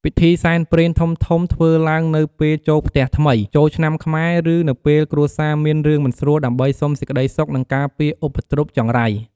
ពិធីសែនព្រេនធំៗធ្វើឡើងនៅពេលចូលផ្ទះថ្មី ចូលឆ្នាំខ្មែរឬនៅពេលគ្រួសារមានរឿងមិនស្រួលដើម្បីសុំសេចក្តីសុខនិងការពារឧបទ្រពចង្រៃ។